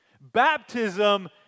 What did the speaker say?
Baptism